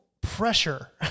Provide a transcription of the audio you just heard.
pressure